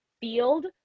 field